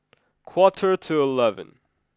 quarter to eleven